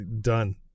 Done